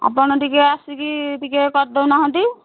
ଆପଣ ଟିକେ ଆସିକି ଟିକେ କରିଦେଉନାହାନ୍ତି